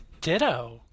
Ditto